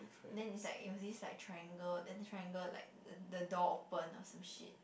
then is like it was this like triangle then the triangle like the the door open or some shit